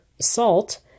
salt